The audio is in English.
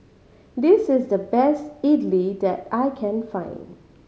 this is the best idly that I can find